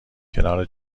کنار